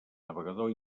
navegador